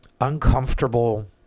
uncomfortable